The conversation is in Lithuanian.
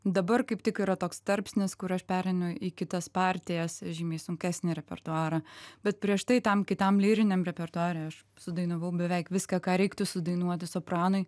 dabar kaip tik yra toks tarpsnis kur aš pereinu į kitas partijas žymiai sunkesnį repertuarą bet prieš tai tam kitam lyriniam repertuare aš sudainavau beveik viską ką reiktų sudainuoti sopranui